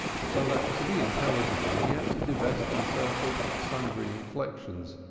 so that to be intelligible he had to divest himself of sundry inflections,